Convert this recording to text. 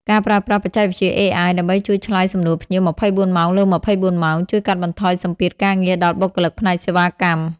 ការប្រើប្រាស់បច្ចេកវិទ្យា AI ដើម្បីជួយឆ្លើយសំណួរភ្ញៀវ ២៤ ម៉ោងលើ ២៤ ម៉ោង ជួយកាត់បន្ថយសម្ពាធការងារដល់បុគ្គលិកផ្នែកសេវាកម្ម។